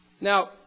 Now